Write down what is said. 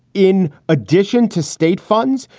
in addition to state funds,